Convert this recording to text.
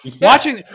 watching